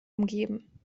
umgeben